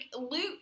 Luke